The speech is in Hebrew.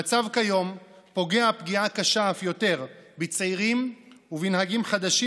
המצב כיום פוגע פגיעה קשה אף יותר בצעירים ובנהגים חדשים,